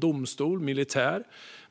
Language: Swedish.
domstol och militär.